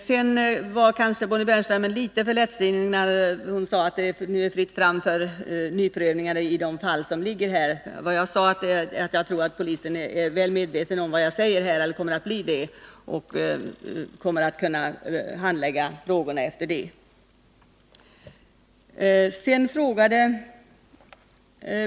Sedan var kanske Bonnie Bernström litet för lättsinnig när hon sade att det är fritt fram för nyprövningar av de fall som är avgjorda och som väntar på verkställighet. Vad jag sade är att jag tror att polisen är eller kommer att bli väl medveten om vad jag säger här, och kommer att kunna handlägga frågorna efter det.